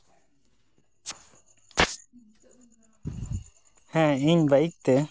ᱦᱮᱸ ᱤᱧ ᱵᱟᱭᱤᱠ ᱛᱮ